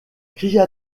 cria